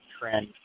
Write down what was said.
trend